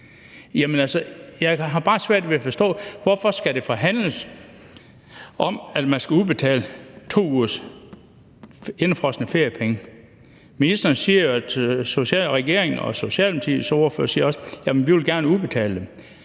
Jeg har bare svært ved at forstå, hvorfor der skal forhandles om, at man skal udbetale 2 ugers indefrosne feriepenge. Ministeren, regeringen og Socialdemokratiets ordfører siger jo, at man gerne vil udbetale dem.